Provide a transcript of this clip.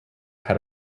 had